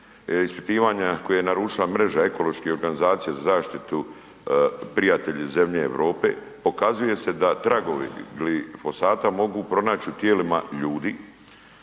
ispitivanja koje je naručila mreža ekoloških organizacija za zaštitu prijatelji zemlje Europe, pokazuje se da tragovi glifosata mogu pronaći u tijelima ljudi.